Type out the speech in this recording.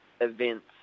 events